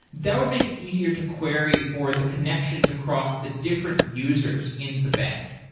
that would make it easier to query for the connections across the different users in the bank.